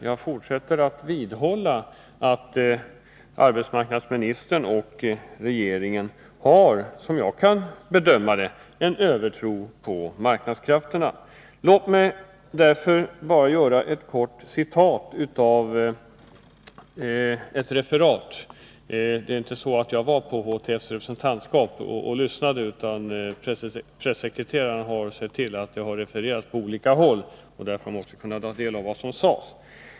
Jag vidhåller att det är där som arbetsmarknadsministern och regeringen har en övertro på marknadskrafterna, såvitt jag kan bedöma det. Låt mig därför göra ett kort citat av ett referat. Jag var inte på HTF:s representantskap och lyssnade, utan pressekreteraren har sett till att det arbetsmarknadsministern sade har refererats på olika håll, därför att man måste kunna ta del av vad som sades.